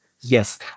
Yes